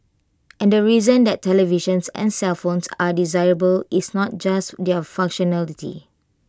and the reason that televisions and cellphones are desirable is not just their functionality